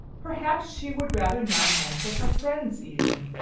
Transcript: perhaps she would rather not answer her friends, even.